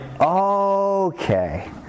okay